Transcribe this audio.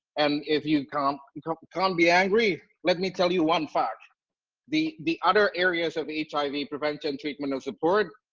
and if you can't and kind of can't be angry, let me tell you one fact the the other areas of hiv i mean prevention, treatment and support,